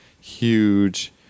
huge